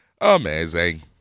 Amazing